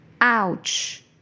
Ouch